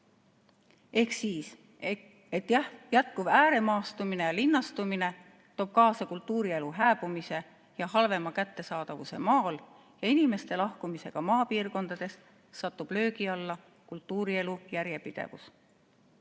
Jah, jätkuv ääremaastumine ja linnastumine toob kaasa kultuurielu hääbumise ja halvema kättesaadavuse maal ning inimeste lahkumisega maapiirkondadest satub löögi alla kultuurielu järjepidevus.